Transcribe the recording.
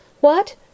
What